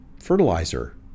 fertilizer